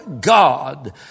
God